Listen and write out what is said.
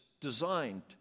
designed